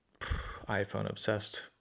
iPhone-obsessed